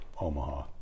Omaha